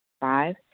Five